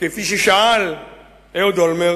על-פי שאלתו של אהוד אולמרט: